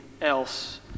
else